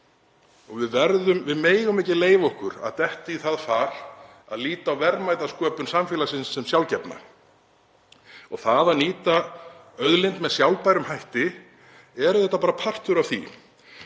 Við megum ekki leyfa okkur að detta í það far að líta á verðmætasköpun samfélagsins sem sjálfgefna. Það að nýta auðlind með sjálfbærum hætti er auðvitað bara partur af því.